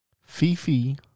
Fifi